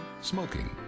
Smoking